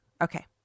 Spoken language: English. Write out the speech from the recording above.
Okay